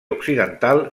occidental